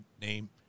name